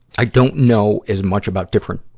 i don't know as much about different,